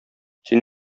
син